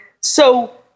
So-